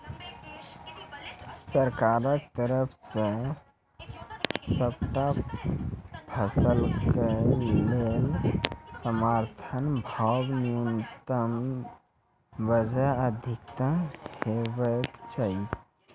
सरकारक तरफ सॅ सबटा फसलक लेल समर्थन भाव न्यूनतमक बजाय अधिकतम हेवाक चाही?